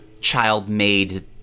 child-made